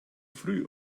früh